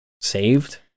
saved